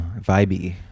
vibey